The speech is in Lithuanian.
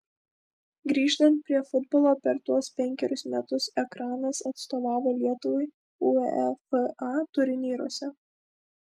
grįžtant prie futbolo per tuos penkerius metus ekranas atstovavo lietuvai uefa turnyruose